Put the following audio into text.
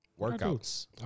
workouts